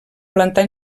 plantar